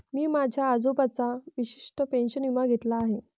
मी माझ्या आजोबांचा वशिष्ठ पेन्शन विमा घेतला आहे